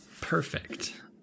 Perfect